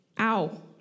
ow